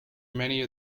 many